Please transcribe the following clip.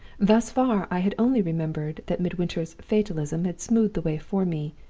thus far i had only remembered that midwinter's fatalism had smoothed the way for me,